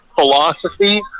philosophy